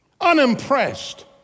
Unimpressed